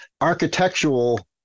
architectural